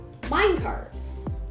Minecarts